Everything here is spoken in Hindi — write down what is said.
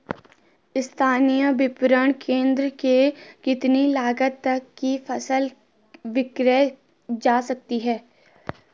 स्थानीय विपणन केंद्र में कितनी लागत तक कि फसल विक्रय जा सकती है?